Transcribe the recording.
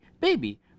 baby